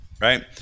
right